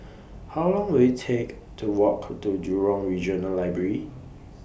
How Long Will IT Take to Walk to Jurong Regional Library